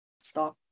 stop